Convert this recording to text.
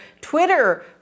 Twitter